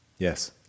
Yes